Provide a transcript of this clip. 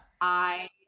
I-